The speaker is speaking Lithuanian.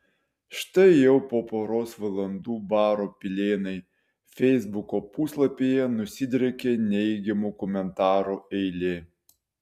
štai jau po poros valandų baro pilėnai feisbuko puslapyje nusidriekė neigiamų komentarų eilė